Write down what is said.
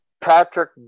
Patrick